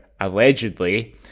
allegedly